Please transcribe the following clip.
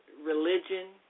religion